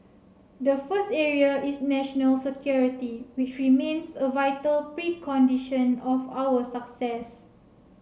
the first area is national security which remains a vital precondition of our success